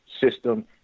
system